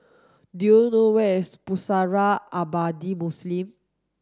do you know where is Pusara Abadi Muslim